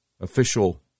official